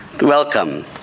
Welcome